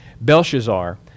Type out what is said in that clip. Belshazzar